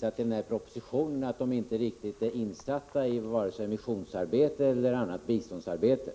framgår av propositionen att regeringen inte riktigt är insatt i vare sig missionsarbete eller annat biståndsarbete.